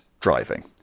driving